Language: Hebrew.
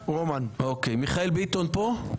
מיכאל ביטון כאן?